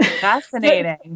fascinating